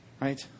Right